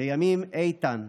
לימים איתן,